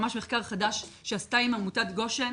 ממש מחקר חדש שעשתה עם עמותת גושן,